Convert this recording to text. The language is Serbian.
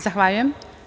Zahvaljujem.